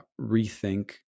rethink